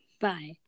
Bye